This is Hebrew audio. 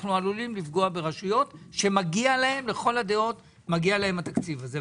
אנחנו עלולים לפגוע ברשויות שלכל הדעות מגיע להן התקציב הזה.